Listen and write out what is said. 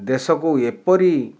ଦେଶକୁ ଏପରି